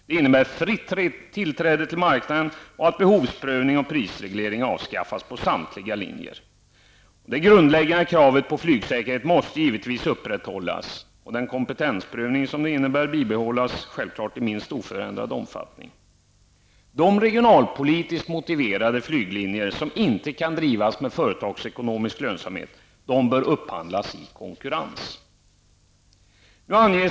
Det innebär fritt tillträde till marknaden och att behovsprövning och prisreglering avskaffas på samtliga linjer. De grundläggande kraven på flygsäkerhet måste givetvis upprätthållas och den kompetensprövning som detta innebär självklart bibehållas i minst oförändrad omfattning. De regionalpolitiskt motiverade flyglinjer som inte kan drivas med företagsekonomisk lönsamhet bör upphandlas i konkurrens.